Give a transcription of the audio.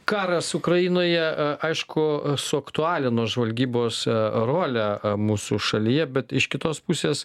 karas ukrainoje aišku suaktualino žvalgybos rolę mūsų šalyje bet iš kitos pusės